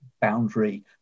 boundary